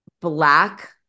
black